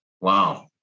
Wow